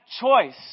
choice